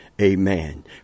Amen